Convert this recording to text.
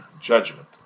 judgment